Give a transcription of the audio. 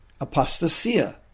apostasia